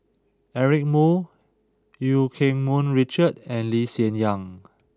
Eric Moo Eu Keng Mun Richard and Lee Hsien Yang